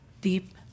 deep